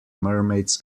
mermaids